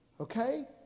okay